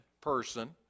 person